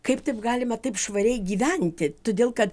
kaip taip galima taip švariai gyventi todėl kad